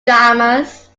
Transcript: dramas